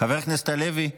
חבר הכנסת הלוי.